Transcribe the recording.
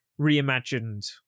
reimagined